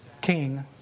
king